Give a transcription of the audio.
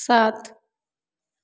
सात